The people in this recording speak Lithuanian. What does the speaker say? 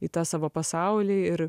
į tą savo pasaulį ir